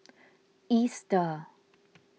Easter